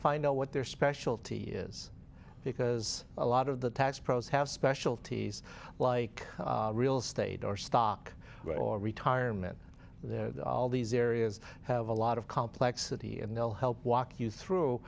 find out what their specialty is because a lot of the tax pros have specialties like real estate or stock or retirement they're all these areas have a lot of complex city and they'll help walk you through